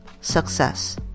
success